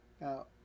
Now